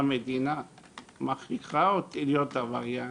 המדינה מכריחה אותי להיות עבריין